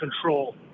control